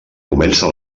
comença